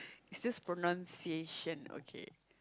is just pronunciation okay